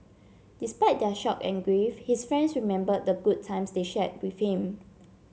despite their shock and grief his friends remembered the good times they shared with him